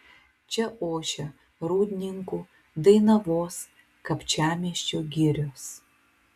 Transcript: čia ošia rūdninkų dainavos kapčiamiesčio girios